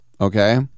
Okay